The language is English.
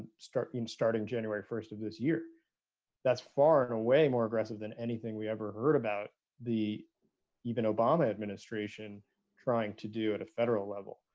starting starting january first of this year that's far in a way more aggressive than anything we ever heard about the even obama administration trying to do at a federal level.